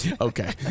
Okay